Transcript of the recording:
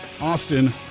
Austin